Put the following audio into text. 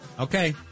Okay